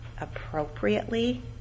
appropriately